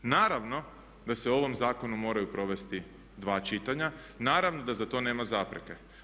Naravno da se o ovom zakonu moraju provesti dva čitanja, naravno da za to nema zapreke.